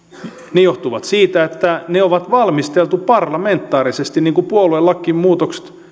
se johtuu siitä että ne on valmisteltu parlamentaarisesti niin kuin puoluelakiin